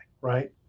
right